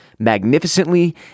Magnificently